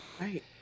Right